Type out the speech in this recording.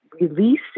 release